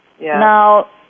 Now